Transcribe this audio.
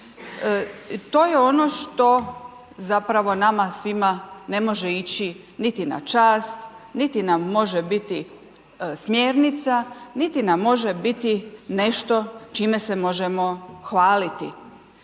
To je ono što zapravo nama svima ne može ići niti na čast, niti nam može biti smjernica, niti nam može biti nešto čime se možemo hvaliti.